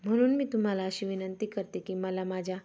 म्हणून मी तुम्हाला अशी विनंती करते की मला माझ्या